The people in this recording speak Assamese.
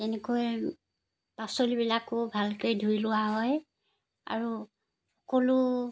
এনেকৈ পাচলিবিলাকো ভালকৈ ধুই লোৱা হয় আৰু সকলো